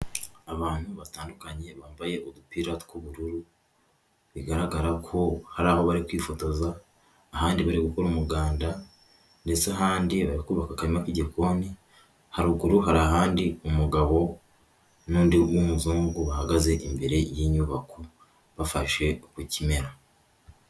Abantu batandukanye bambaye udupira tw'ubururu bigaragara ko hari aho bari kwifotoza ahandi bari gukora umuganda ndetse ahandi bari kubaka akarima k'igikoni haruguru hari ahandi umugabo n'undi w'umuzungu bahagaze imbere y'inyubako bafashe ku kimera.